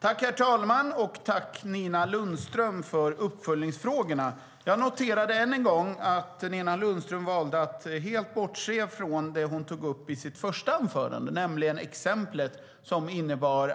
Herr talman! Tack, Nina Lundström, för uppföljningsfrågorna! Jag noterar än en gång att Nina Lundström valde att helt bortse från det hon tog upp i sitt första inlägg, nämligen exemplet med Alingsåshem,